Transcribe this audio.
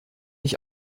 ich